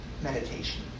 meditation